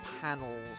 panels